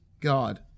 God